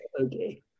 okay